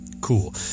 Cool